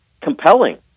compelling